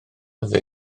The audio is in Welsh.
dde